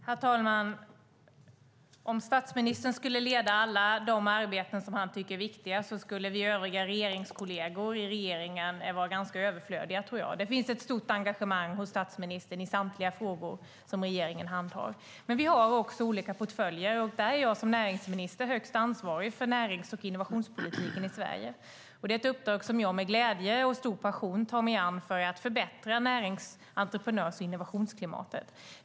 Herr talman! Om statsministern skulle leda allt arbete som han tycker är viktigt skulle vi övriga kolleger i regeringen vara ganska överflödiga, tror jag. Det finns ett stort engagemang hos statsministern i samtliga frågor som regeringen handhar. Men vi har olika portföljer, och jag är som näringsminister högst ansvarig för närings och innovationspolitiken i Sverige. Det är ett uppdrag som jag med glädje och stor passion tar mig an för att förbättra närings-, entreprenörs och innovationsklimatet.